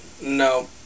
No